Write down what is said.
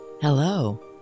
Hello